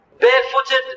barefooted